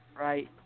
right